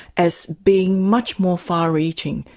as being much more far-reaching,